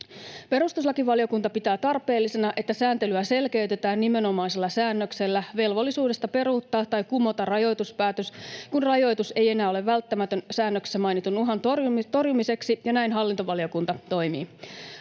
Perustuslakivaliokunta pitää tarpeellisena, että sääntelyä selkeytetään nimenomaisella säännöksellä velvollisuudesta peruuttaa tai kumota rajoituspäätös, kun rajoitus ei enää ole välttämätön säännöksessä mainitun uhan torjumiseksi, ja näin hallintovaliokunta toimii.